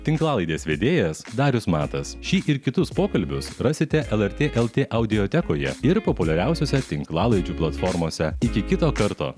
tinklalaidės vedėjas darius matas šį ir kitus pokalbius rasite lrt lt audiotekoje ir populiariausiose tinklalaidžių platformose iki kito karto